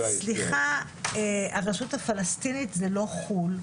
סליחה, הרשות הפלסטינית זה לא חו"ל.